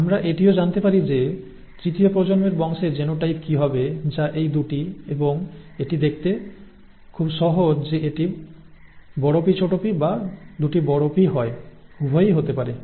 আমরা এটিও জানতে পারি যে তৃতীয় প্রজন্মের বংশের জিনোটাইপ কী হবে যা এই 2 টি এবং এটি দেখতে খুব সহজ যে এটি Pp বা PP হয় উভয়ই হতে পারে